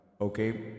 Okay